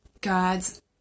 God's